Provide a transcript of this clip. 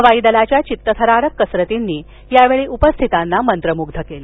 हवाई दलाच्या चित्त थरारक कसरतींनी या वेळी उपस्थितांना मंत्रमुग्ध केलं